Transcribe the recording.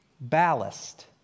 ballast